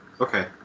Okay